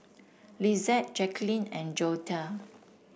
Lizeth Jacklyn and Joetta